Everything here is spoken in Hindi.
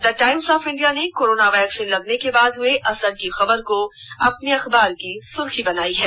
द टाईम्स ऑफ इंडिया ने कोरोना वैक्सीन लगने के बाद हुए असर की खबर को अपनी अखबार की सुर्खी बनाई है